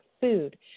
food